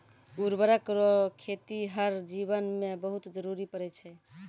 उर्वरक रो खेतीहर जीवन मे बहुत जरुरी पड़ै छै